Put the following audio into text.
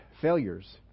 failures